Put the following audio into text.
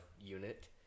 unit